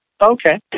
Okay